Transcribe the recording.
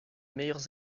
meilleurs